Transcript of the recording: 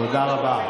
תודה רבה.